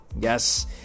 Yes